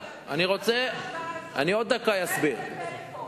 תשווה את זה לפלאפון.